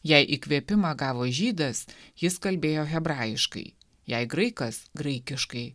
jei įkvėpimą gavo žydas jis kalbėjo hebrajiškai jei graikas graikiškai